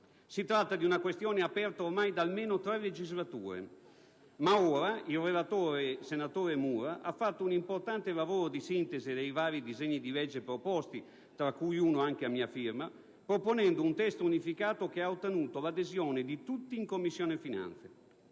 Si tratta di una questione aperta ormai da almeno tre legislature. Ma ora il relatore, senatore Mura, dopo aver fatto un'importante lavoro di sintesi dei vari disegni di legge proposti (tra cui uno anche a mia firma), ha proposto un testo unificato che ha ottenuto l'adesione di tutti in Commissione finanze.